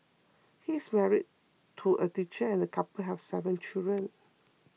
he is married to a teacher and the couple have seven children